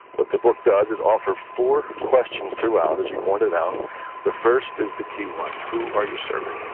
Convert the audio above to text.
what the book does is offer four questions throughout as you pointed out the first is the key one, who are you serving.